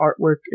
artwork